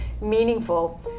meaningful